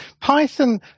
Python